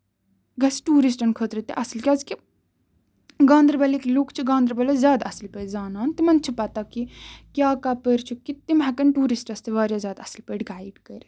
گژھِ ٹیورِسٹن خٲطرٕ تہِ اَصٕل کیازِ کہِ گاندربلٕکۍ لُکھ چھِ گاندربَلس زیادٕ اَصٕل پٲٹھۍ زَنان تِمن چھُ پَتہ کہِ کیاہ کَپٲر چھُ تِم ہیٚکَن ٹیوٗرِسٹَس تہِ واریاہ زیادٕ اَصٕل پٲٹھۍ گَیِڈ کٔرِتھ